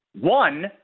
one